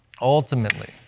Ultimately